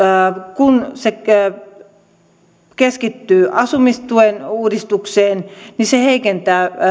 kun hallitus keskittyy asumistuen uudistukseen se heikentää